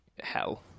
hell